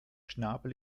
schnabel